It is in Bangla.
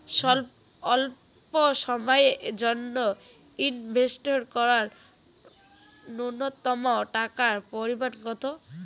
স্বল্প সময়ের জন্য ইনভেস্ট করার নূন্যতম টাকার পরিমাণ কত?